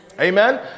Amen